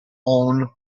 own